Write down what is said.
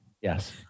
Yes